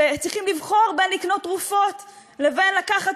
צריכים לבחור בין לקנות תרופות לבין לקחת